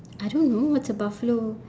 I don't know what's a buffalo